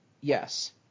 yes